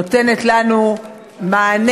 נותנת לנו מענה,